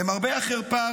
למרבה החרפה,